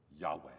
Yahweh